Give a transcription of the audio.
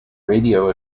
radio